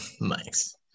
Nice